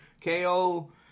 KO